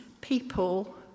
people